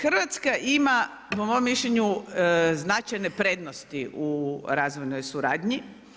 Hrvatska ima po mom mišljenju, značajne prednosti u razvojnoj suradnji.